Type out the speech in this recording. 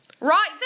Right